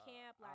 Camp